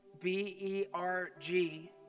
B-E-R-G